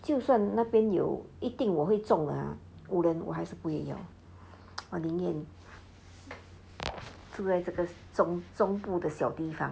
就算那边有一定我会中的 woodlands 我还是不会要我宁愿住在这个中中部的小地方